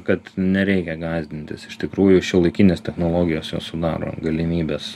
kad nereikia gąsdintis iš tikrųjų šiuolaikinės technologijos jos sudaro galimybes